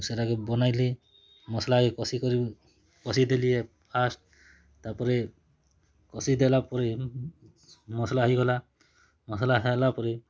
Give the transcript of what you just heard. ସେଟାକେ ବନେଇଲେ ମସ୍ଲାକେ କଷି କରି କଷି ଦେଲି ଫାର୍ଷ୍ଟ୍ ତା'ପ୍ରେ କଷି ଦେଲା ପରେ ମସ୍ଲା ହେଇଗଲା ମସ୍ଲା ହେଲା ପରେ